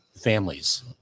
families